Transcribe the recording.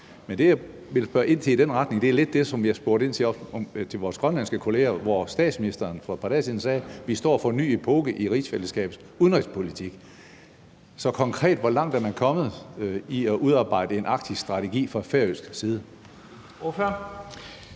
som jeg vil spørge ind til i den retning, er lidt det, som jeg også spurgte ind til hos vores grønlandske kolleger, nemlig at statsministeren for et par dage siden sagde: Vi står foran en ny epoke i rigsfællesskabets udenrigspolitik. Så konkret: Hvor langt er man kommet med at udarbejde en Arktisstrategi fra færøsk side? Kl.